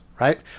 Right